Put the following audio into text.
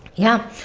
yeah.